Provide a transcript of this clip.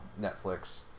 Netflix